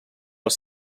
els